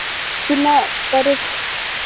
ᱛᱤᱱᱟᱹᱜ ᱛᱟᱹᱨᱤᱠᱷ